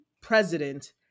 president